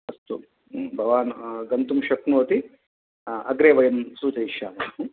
अस्तु भवान् गन्तुं शक्नोति अग्रे वयं सूचयिष्यामः